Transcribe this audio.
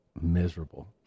miserable